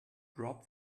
drop